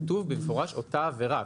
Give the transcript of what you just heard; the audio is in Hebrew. כתוב במפורש אותה עבירה.